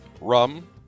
rum